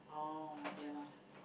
oh yeah lah